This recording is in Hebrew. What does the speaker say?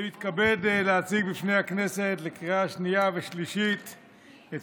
אני מתכבד להציג בפני הכנסת לקריאה שנייה ושלישית את